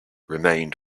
remained